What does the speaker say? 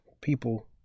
people